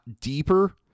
deeper